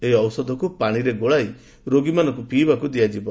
ଏହି ଔଷଧକୁ ପାଣିରେ ଗୋଳାଇ ରୋଗୀଙ୍କୁ ପିଇବାକୁ ଦିଆଯିବ